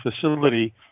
facility